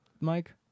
Mike